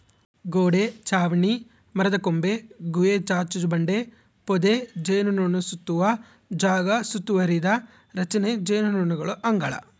ಗೋಡೆ ಚಾವಣಿ ಮರದಕೊಂಬೆ ಗುಹೆ ಚಾಚುಬಂಡೆ ಪೊದೆ ಜೇನುನೊಣಸುತ್ತುವ ಜಾಗ ಸುತ್ತುವರಿದ ರಚನೆ ಜೇನುನೊಣಗಳ ಅಂಗಳ